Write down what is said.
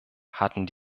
hatten